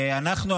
אנחנו,